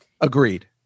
Agreed